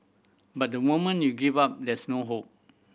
but the moment you give up there's no hope